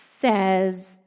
says